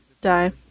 die